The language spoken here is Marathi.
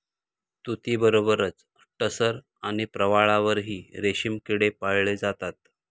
तुतीबरोबरच टसर आणि प्रवाळावरही रेशमी किडे पाळले जातात